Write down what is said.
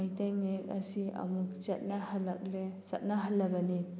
ꯃꯩꯇꯩ ꯃꯌꯦꯛ ꯑꯁꯤ ꯑꯃꯨꯛ ꯆꯠꯅꯍꯜꯂꯛꯂꯦ ꯆꯠꯅꯍꯜꯂꯕꯅꯤ